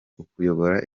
kuyobora